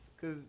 cause